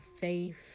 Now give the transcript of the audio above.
faith